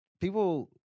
people